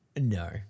No